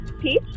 Peach